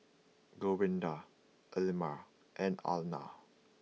Gwenda Elmira and Alanna